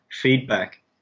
feedback